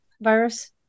virus